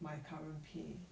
my current pay